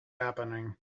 happening